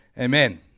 Amen